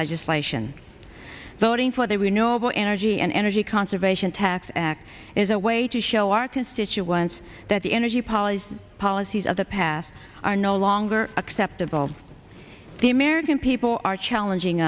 legislation voting for the renewable energy and energy conservation tax act is a way to show our constituents that the energy policies policies of the past are no longer acceptable the american people are challenging